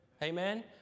Amen